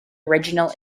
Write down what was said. original